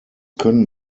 können